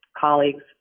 colleagues